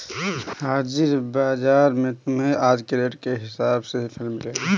हाजिर बाजार में तुम्हें आज के रेट के हिसाब से ही फल मिलेंगे